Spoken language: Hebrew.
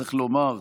שצריך לומר,